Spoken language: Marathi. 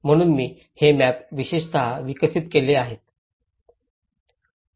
म्हणून मी हे मॅप विशेषतः विकसित केले आहेत